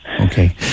Okay